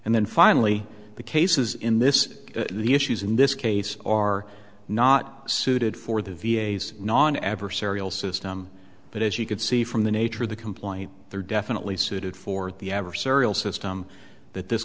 and then finally the cases in this the issues in this case are not suited for the v a s non adversarial system but as you could see from the nature of the complaint they're definitely suited for the adversarial system that this